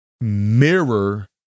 Mirror